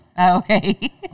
Okay